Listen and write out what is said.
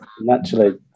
naturally